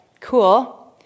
cool